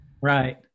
Right